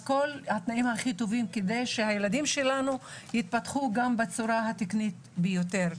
התנאים הכי טובים כדי שהילדים שלנו יתפתחו גם בצורה התקנית ביותר.